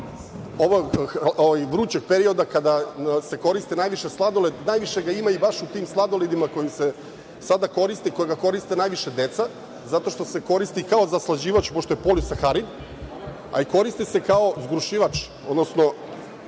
ovog vrućeg perioda kada se koristi najviše sladoled, najviše ga ima baš u tim sladoledima koji se sada koriste i koji koriste najviše deca, zato što se koristi kao zaslađivač pošto je polusaharin, a i koristi se kao zgrušivač, odnosno